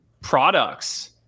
products